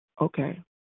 Okay